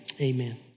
Amen